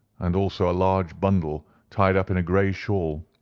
and also a large bundle tied up in a grey shawl,